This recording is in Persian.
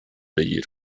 بگیرم